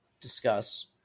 discuss